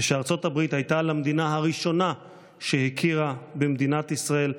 כשארצות הברית הייתה למדינה הראשונה שהכירה במדינת ישראל,